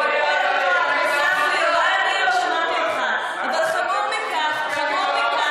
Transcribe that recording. אולי אני לא שמעתי אותך, אבל חמור מכך,